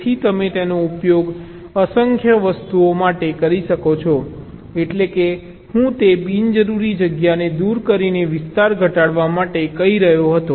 તેથી તમે તેનો ઉપયોગ અસંખ્ય વસ્તુઓ માટે કરી શકો છો એટલેકે હું તે બિનજરૂરી જગ્યાને દૂર કરીને વિસ્તાર ઘટાડવા માટે કહી રહ્યો હતો